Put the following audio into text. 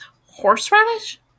Horseradish